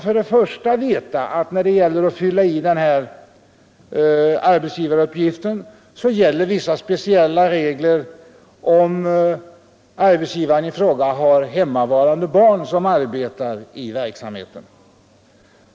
För det första måste man veta att för ifyllandet av arbetsgivaruppgiften gäller vissa speciella regler om arbetsgivaren i fråga har hemmavarande barn som arbetar i verksamheten.